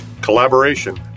collaboration